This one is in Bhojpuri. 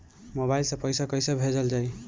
मोबाइल से पैसा कैसे भेजल जाइ?